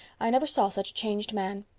i never saw such a changed man.